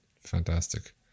Fantastic